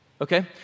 okay